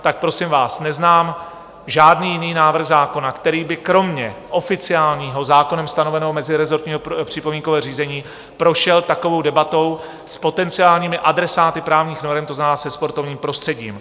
Tak prosím vás, neznám žádný jiný návrh zákona, který by kromě oficiálního, zákonem stanoveného mezirezortního připomínkového řízení prošel takovou debatou s potenciálními adresáty právních norem, to znamená se sportovním prostředím.